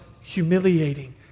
humiliating